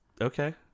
Okay